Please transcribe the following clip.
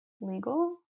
legal